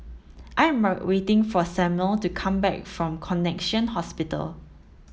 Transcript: I am waiting for Samuel to come back from Connexion Hospital